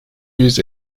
yüz